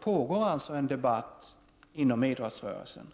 pågår det alltså en debatt inom idrottsrörelsen.